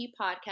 podcast